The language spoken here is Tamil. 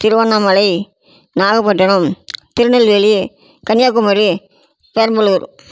திருவண்ணாமலை நாகப்பட்டினம் திருநெல்வேலி கன்னியாகுமரி பெரம்பலூர்